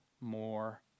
more